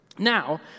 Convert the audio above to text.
Now